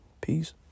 peace